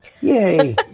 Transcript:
Yay